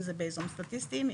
אם זה באזורים סטטיסטיים,